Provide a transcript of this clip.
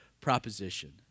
proposition